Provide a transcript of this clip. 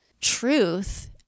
truth